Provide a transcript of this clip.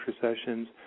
sessions